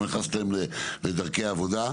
אני לא נכנס להם לדרכי העבודה,